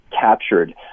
captured